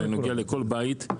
נוגע לכל בית.